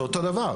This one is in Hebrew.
זה אותו הדבר.